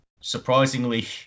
surprisingly